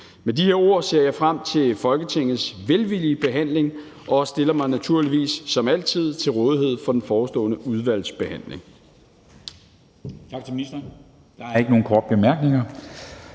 Med de her ord ser jeg frem til Folketingets velvillige behandling og stiller mig naturligvis som altid til rådighed for den forestående udvalgsbehandling.